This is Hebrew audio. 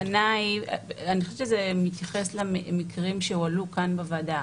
אני חושבת שזה מתייחס למקרים שהועלו כאן בוועדה,